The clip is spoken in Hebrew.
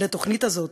על התוכנית הזאת,